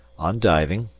on diving,